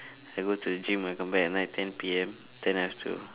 I go to the gym I come back at night ten P_M then I have to